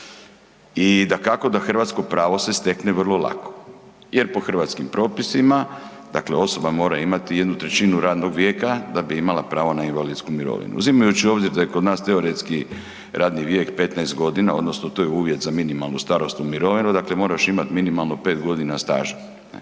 i da kako hrvatsko pravo se stekne vrlo lako jer po hrvatskim propisima, dakle osoba mora imati 1/3 radnog vijeka da bi imala pravo na invalidsku mirovinu. Uzimajući u obzir da je kod nas teoretski radni vijek 15 g. odnosno to je uvjet za minimalnu starosnu mirovinu, dakle moraš imat minimalno 5 g. staža.